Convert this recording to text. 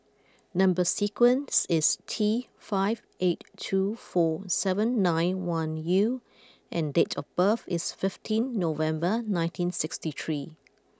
number sequence is T five eight two four seven nine one U and date of birth is fifteen November nineteen sixty three